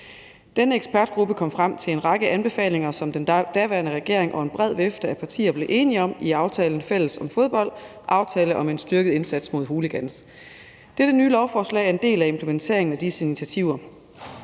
Denne ekspertgruppe kom frem til en række anbefalinger, som den daværende regering og en bred vifte af partier blev enige om i aftalen »Fælles om fodbold: Aftale om en styrket indsats mod hooligans«. Dette nye lovforslag er en del af implementeringen af disse initiativer.